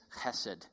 chesed